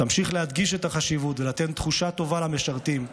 תמשיך להדגיש את החשיבות ולתת תחושה טובה למשרתים,